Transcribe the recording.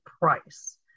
price